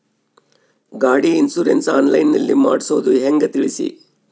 ಗಾಡಿ insurance online ನಲ್ಲಿ ಮಾಡ್ಸೋದು ಹೆಂಗ ತಿಳಿಸಿ?